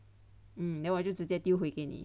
mm then 我就直接丢回给你